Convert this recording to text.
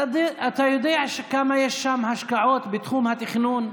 אתה יודע כמה השקעות יש שם בתחום התכנון?